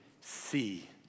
see